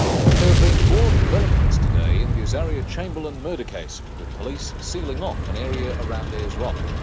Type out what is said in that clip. there have been more developments today in the azaria chamberlain murder case, with police sealing off an area around ayers rock.